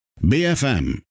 BFM